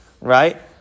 Right